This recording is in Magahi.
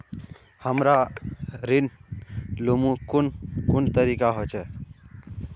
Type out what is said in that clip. हमरा ऋण लुमू कुन कुन तरीका होचे?